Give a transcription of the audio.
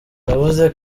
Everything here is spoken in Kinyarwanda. yavuze